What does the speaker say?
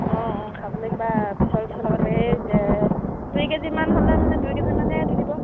অঁ অঁ খাবলৈ কিবা পিছল পিছল লাগে এই দুই কেজিমান হ'লে মানে দুই কেজিমানে দি দিব